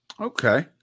Okay